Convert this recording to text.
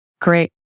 Great